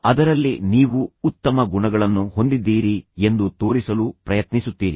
ಅದರಲ್ಲಿ ನೀವು ಉನ್ನತ ಗುಣಮಟ್ಟದ ಉತ್ತಮ ಗುಣಗಳನ್ನು ಹೊಂದಿದ್ದೀರಿ ಎಂದು ತೋರಿಸಲು ಪ್ರಯತ್ನಿಸುತ್ತೀರಿ